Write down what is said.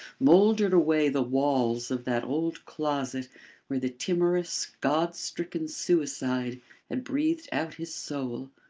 mouldered away the walls of that old closet where the timorous, god-stricken suicide had breathed out his soul.